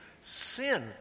sin